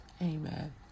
amen